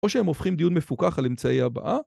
‫או שהם הופכים דיון מפוכח ‫על אמצעי הבאה?